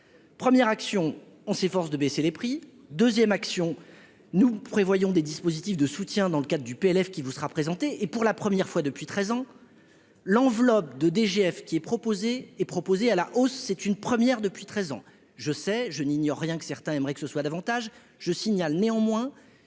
premières actions, on s'efforce de baisser les prix 2ème action nous prévoyons des dispositifs de soutien dans le cadre du PLF qui vous sera présenté et pour la première fois depuis 13 ans, l'enveloppe de DGF qui est proposé est proposé à la hausse, c'est une première depuis 13 ans, je sais, je n'ignore rien que certains aimeraient que ce soit davantage je signale néanmoins